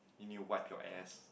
you need to wipe your ass